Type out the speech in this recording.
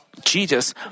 Jesus